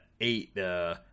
eight